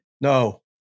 No